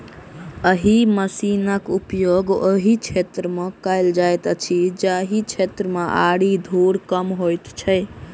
एहि मशीनक उपयोग ओहि क्षेत्र मे कयल जाइत अछि जाहि क्षेत्र मे आरि धूर कम होइत छै